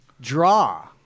draw